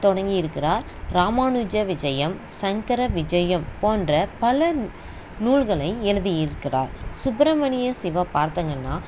தொடங்கி இருக்கிறார் ராமானுஜ விஜயம் சங்கர விஜயம் போன்ற பல நூல்களை எழுதி இருக்கிறார் சுப்பிரமணிய சிவா பார்த்தீங்கன்னா